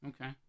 Okay